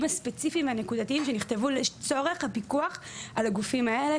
הספציפיים הנקודתיים שנכתבו לצורך הפיקוח על הגופים האלה.